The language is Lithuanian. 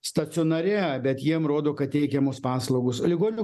stacionare bet jiem rodo kad teikiamos paslaugos ligonių